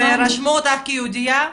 ורשמו אותך כיהודייה?